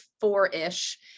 four-ish